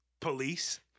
police